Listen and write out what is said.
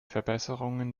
verbesserungen